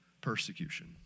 persecution